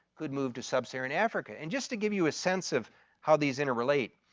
could move to sub-saharan africa. and just to give you a sense of how these interrelate,